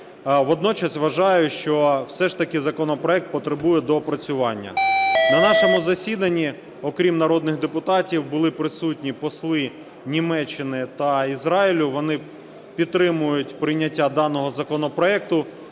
Водночас вважаю, що все ж таки законопроект потребує доопрацювання. На нашому засіданні окрім народних депутатів були присутні посли Німеччини та Ізраїлю, вони підтримують прийняття даного законопроекту.